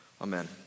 amen